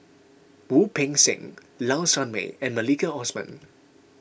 Wu Peng Seng Low Sanmay and Maliki Osman